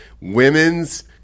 Women's